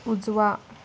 उजवा